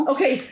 Okay